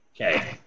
Okay